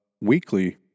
weekly